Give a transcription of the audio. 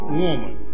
woman